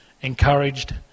encouraged